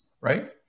right